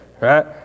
right